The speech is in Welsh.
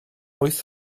wyth